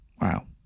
Wow